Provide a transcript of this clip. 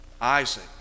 Isaac